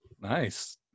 Nice